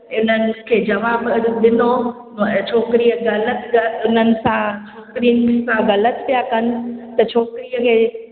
उननि खे जवाब ॾिनो छोकिरीअ ग़लति च उननि सां उननि सां ग़लति पिया कनि त छोकिरीअ खे